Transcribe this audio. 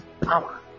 power